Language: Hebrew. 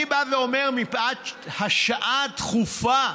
אני בא ואומר שמפאת השעה הדחופה,